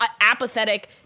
apathetic